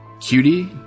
Cutie